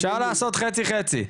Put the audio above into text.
אפשר לעשות חצי חצי,